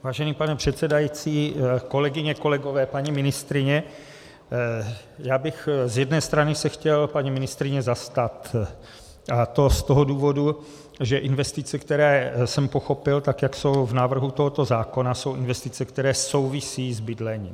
Vážený pane předsedající, kolegyně, kolegové, paní ministryně, chtěl bych se z jedné strany paní ministryně zastat, a to z toho důvodu, že investice, které jsem pochopil, jak jsou v návrhu tohoto zákona, jsou investice, které souvisí s bydlením.